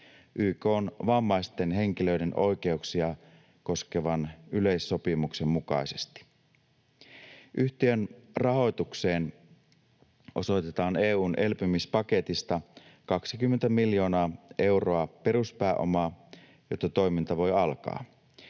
YK:n vammaisten henkilöiden oikeuksia koskevan yleissopimuksen mukaisesti. Yhtiön rahoitukseen osoitetaan EU:n elpymispaketista 20 miljoonaa euroa peruspääomaa, jotta toiminta voi alkaa.